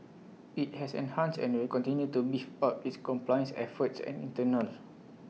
IT has enhanced and will continue to beef up its compliance efforts and internals